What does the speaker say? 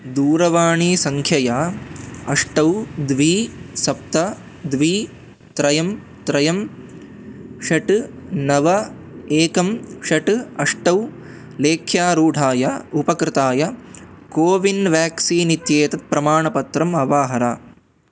दूरवाणीसङ्ख्यया अष्टौ द्वि सप्त द्वि त्रयं त्रयं षट् नव एकं षट् अष्टौ लेख्यारूढाय उपकृताय कोविन् व्याक्सीन् इत्येतत् प्रमाणपत्रम् अवाहर